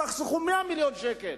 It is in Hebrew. ותחסכו 100 מיליון שקל,